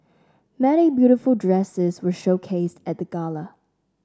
many beautiful dresses were showcased at the gala